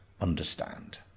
understand